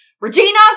Regina